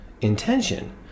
intention